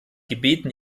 gebeten